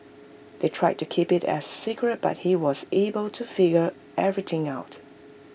they tried to keep IT as secret but he was able to figure everything out